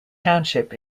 township